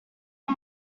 are